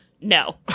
no